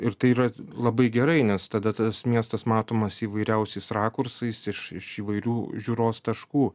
ir tai yra labai gerai nes tada tas miestas matomas įvairiausiais rakursais iš iš įvairių žiūros taškų